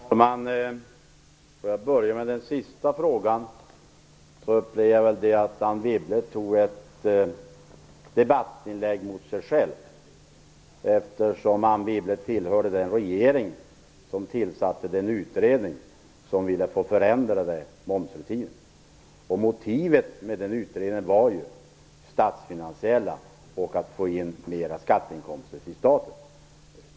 Herr talman! Får jag börja med den sista frågan. Jag upplevde att Anne Wibble tog ett debattinlägg mot sig själv, eftersom Anne Wibble tillhörde den regering som tillsatte momsutredningen och som ville få förändrade momsrutiner. Motiven för den utredningen var ju statsfinansiella. Man ville få in mera skatteinkomster till staten.